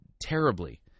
terribly